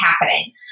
happening